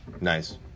nice